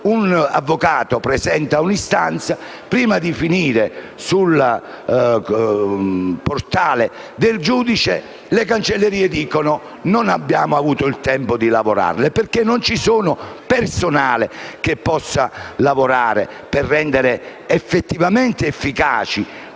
un avvocato presenta un'istanza, prima di finire sul portale del giudice ce ne vuole: le cancellerie dicono di non aver avuto il tempo di lavorarle perché non c'è personale che possa lavorare per rendere realmente efficaci